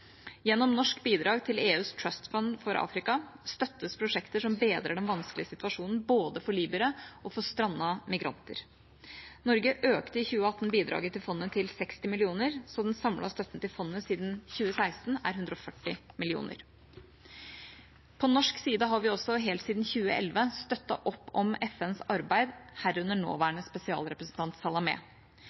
Gjennom norsk bidrag til EUs Trust Fund for Africa støttes prosjekter som bedrer den vanskelige situasjonen for både libyere og strandete migranter. Norge økte i 2018 bidraget til fondet til 60 mill. kr, slik at den samlede støtten til fondet siden 2016 er på 140 mill. kr. På norsk side har vi, helt siden 2011, støttet opp om FNs arbeid, herunder nåværende spesialrepresentant